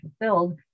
fulfilled